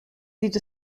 sieht